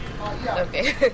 Okay